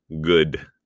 good